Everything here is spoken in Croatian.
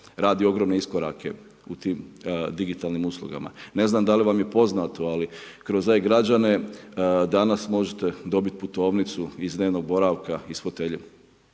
radi ogromne iskorake u tim digitalnim uslugama, ne znam, da li vam je poznato, ali kroz e-građane, danas možete dobiti putovnicu iz dnevnog boravka, iz fotelje.